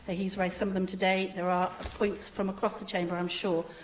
ah he's raised some of them today. there are ah points from across the chamber, i'm sure,